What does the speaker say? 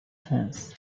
fans